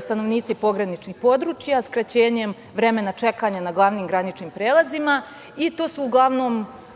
stanovnici pograničnih područja, skraćenjem vremena čekanja na glavnim graničnim prelazima i to su, uglavnom,